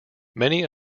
many